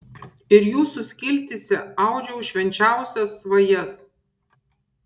ir jūsų skiltyse audžiau švenčiausias svajas